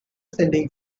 sending